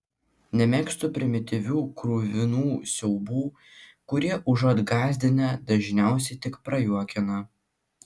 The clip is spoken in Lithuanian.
nemėgstu primityvių kruvinų siaubų kurie užuot gąsdinę dažniausiai tik prajuokina